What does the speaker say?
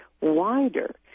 wider